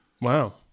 Wow